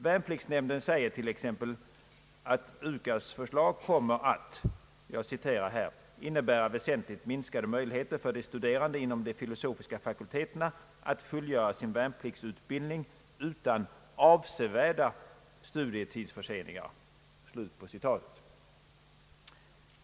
Värnpliktsnämnden säger t.ex. att UKAS:s förslag kommer att »innebära väsentligt minskade möjligheter för de studerande inom de filosofiska fakulteterna att fullgöra sin värnpliktsutbildning utan avsevärda studietidsförseningar».